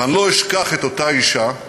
ואני לא אשכח את אותה אישה,